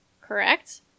correct